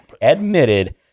admitted